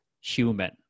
human